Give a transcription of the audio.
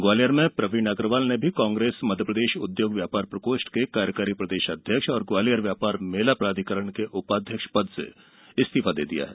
ग्वालियर में प्रवीण अग्रवाल ने भी कांग्रेस मप्र उद्योग व्यापार प्रकोष्ठ के कार्यकारी प्रदेश अध्यक्ष और ग्वालियर व्यापार मेला प्रधिकरण के उपाध्यक्ष पद से इस्तीफा दे दिया है